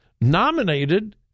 nominated